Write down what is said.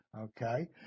okay